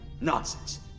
Nonsense